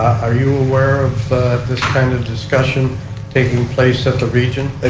are you aware of this kind of discussion taking place at the region?